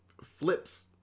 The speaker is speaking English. flips